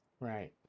right